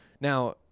Now